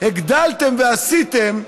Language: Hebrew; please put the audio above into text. הגדלתם ועשיתם,